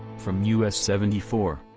from us seventy four,